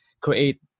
create